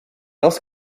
else